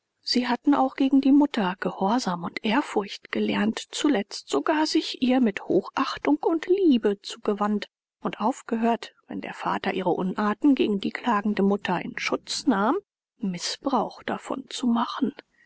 sie hatten auch gegen die mutter gehorsam und ehrfurcht gelernt zuletzt sogar sich ihr mit hochachtung und liebe zugewandt und aufgehört wenn der vater ihre unarten gegen die klagende mutter in schutz nahm mißbrauch davon zu machen